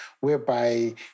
whereby